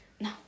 No